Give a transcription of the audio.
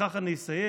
ובכך אני אסיים,